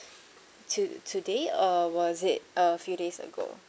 to today or was it a few days ago